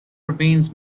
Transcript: ravines